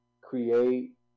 create